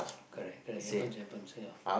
correct it happens it happens you know